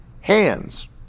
hands